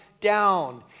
down